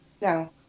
No